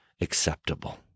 acceptable